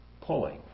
pulling